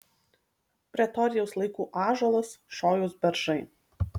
pretorijaus laikų ąžuolas šojaus beržai